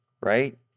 right